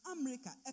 America